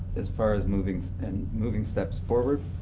as far as moving and moving steps forward.